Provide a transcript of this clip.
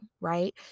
right